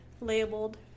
labeled